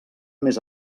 més